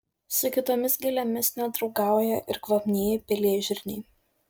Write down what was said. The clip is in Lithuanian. su kitomis gėlėmis nedraugauja ir kvapnieji pelėžirniai